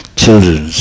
children